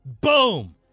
boom